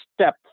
step